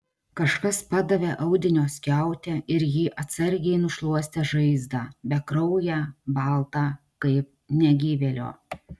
kažkas padavė audinio skiautę ir ji atsargiai nušluostė žaizdą bekrauję baltą kaip negyvėlio